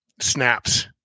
snaps